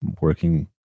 working